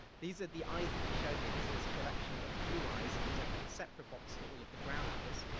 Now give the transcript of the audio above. these are the eyes that he showed me. this is a collection of blue eyes. he has a separate box for all of the brown eyes,